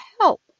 help